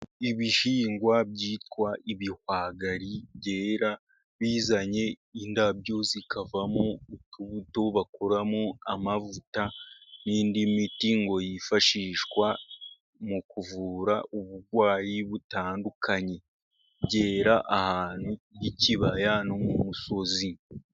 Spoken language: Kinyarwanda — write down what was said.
Ibihingwa byitwa ibihwagari byera bizanye indobo, zikavamo utubuto bakuramo amavuta, n'indi miti ngo yifashishwa mu kuvura uburwayi butandukanye, byera ahantu h'ikibaya n'umusozi.